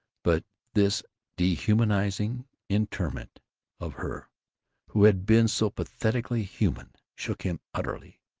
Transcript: but this dehumanizing interment of her who had been so pathetically human shook him utterly,